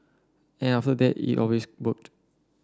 and after that it always worked